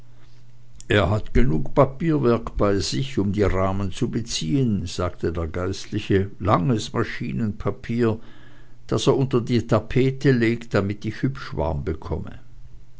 er hat genug papierwerk bei sich um die rahmen zu beziehen sagte der geistliche langes maschinenpapier das er unter die tapete legt damit ich hübsch warm bekomme